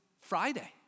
Friday